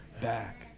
back